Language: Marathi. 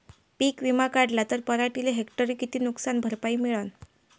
पीक विमा काढला त पराटीले हेक्टरी किती नुकसान भरपाई मिळीनं?